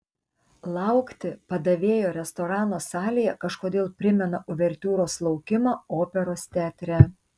laukti padavėjo restorano salėje kažkodėl primena uvertiūros laukimą operos teatre